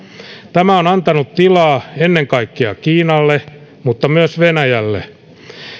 tämä on antanut tilaa ennen kaikkea kiinalle mutta myös venäjälle